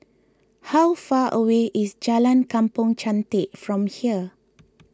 how far away is Jalan Kampong Chantek from here